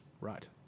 Right